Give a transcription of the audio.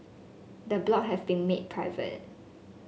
the blog has been made private